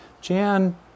Jan